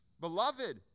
Beloved